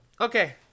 Okay